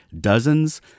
dozens